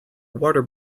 water